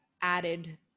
added